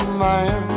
man